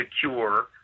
secure